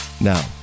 Now